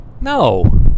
No